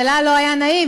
ולה לא היה נעים,